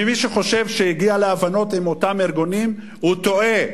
ומי שחושב שהגיע להבנות עם אותם ארגונים הוא טועה,